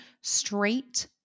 straight